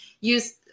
use